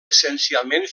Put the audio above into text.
essencialment